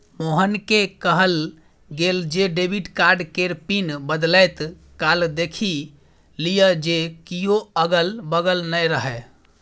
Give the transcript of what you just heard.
मोहनकेँ कहल गेल जे डेबिट कार्ड केर पिन बदलैत काल देखि लिअ जे कियो अगल बगल नै रहय